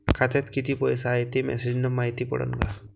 खात्यात किती पैसा हाय ते मेसेज न मायती पडन का?